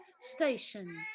station